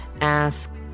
ask